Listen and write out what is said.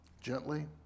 Gently